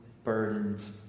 Burdens